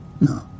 No